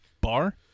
Bar